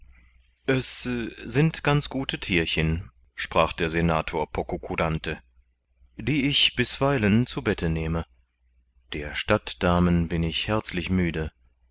es sind ganz gute thierchen sprach der senator pococurante die ich bisweilen zu bette nehme der stadtdamen bin ich herzlich müde